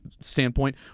standpoint